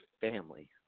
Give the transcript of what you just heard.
family